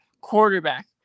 quarterback